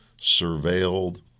surveilled